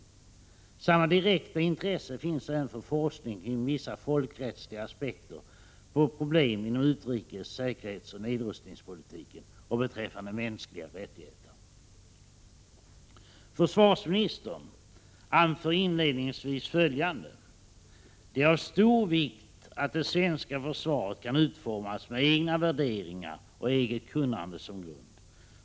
Samma direkta intresse finns även för forskning kring vissa folkrättsliga aspekter på problem inom utrikes-, säkerhetsoch nedrustningspolitiken och beträffande mänskliga rättigheter.” Försvarsministern anför inledningsvis följande i forskningspropositionen: 67 ”Det är av stor vikt att det svenska försvaret kan utformas med egna värderingar och eget kunnande som grund.